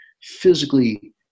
physically